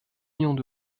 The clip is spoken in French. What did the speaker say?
millions